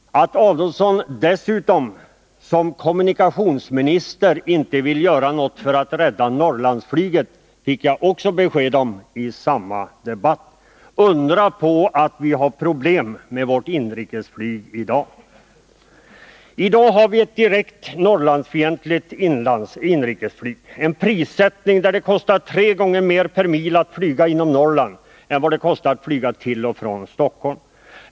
Att Ulf Adelsohn som kommunikationsminister inte vill göra något för att rädda Norrlandsflyget fick jag också besked om i samma debatt. Undra på att vi har problem med vårt inrikesflyg i dag! I dag har vi ett direkt Norrlandsfientligt inrikesflyg. Vi har en prissättning där det kostar tre gånger mera per mil att flyga inom Norrland än vad det kostar att flyga till och från Stockholm.